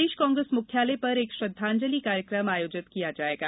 प्रदेश कांग्रेस मुख्यालय पर एक श्रद्वांजलि कार्यक्रम आयोजित किया जायेगा